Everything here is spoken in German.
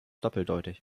doppeldeutig